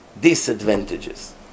disadvantages